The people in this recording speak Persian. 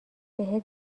بهت